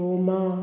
Puma